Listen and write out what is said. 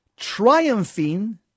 triumphing